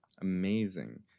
amazing